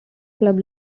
club